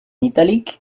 italique